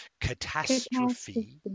Catastrophe